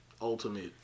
ultimate